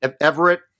Everett